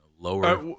Lower